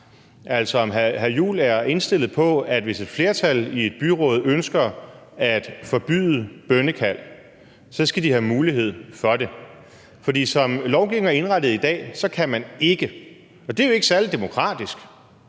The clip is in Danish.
altså om hr. Christian Juhl er indstillet på, at hvis et flertal i et byråd ønsker at forbyde bønnekald, så skal de have mulighed for det. For som lovgivningen er indrettet i dag, kan man ikke. Det er jo ikke særlig demokratisk.